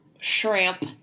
Shrimp